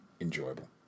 enjoyable